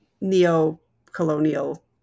neo-colonial